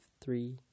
three